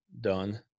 done